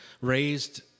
raised